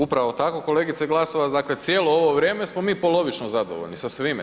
Upravo tako kolegice Glasovac, dakle cijelo ovo vrijeme smo mi polovično zadovoljni sa svime.